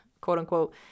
quote-unquote